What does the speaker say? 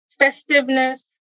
festiveness